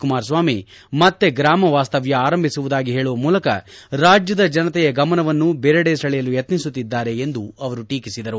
ಕುಮಾರಸ್ವಾಮಿ ಮತ್ತೆ ಗ್ರಾಮ ವಾಸ್ತವ್ಕ ಆರಂಭಿಸುವುದಾಗಿ ಹೇಳುವ ಮೂಲಕ ರಾಜ್ಯದ ಜನತೆಯ ಗಮನವನ್ನು ಬೇರೆಡೆ ಸೆಳೆಯಲು ಯತ್ನಿಸುತ್ತಿದ್ದಾರೆ ಎಂದು ಅವರು ಟೀಕಿಸಿದರು